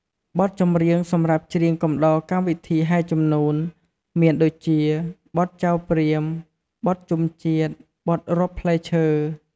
បទចម្រៀងសម្រាប់ច្រៀងកំដរកម្មវិធីហែជំនូន មានដូចជា បទចៅព្រាហ្ម បទជុំជាតិ បទរាប់ផ្លែឈើ...។